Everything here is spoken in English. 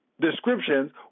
descriptions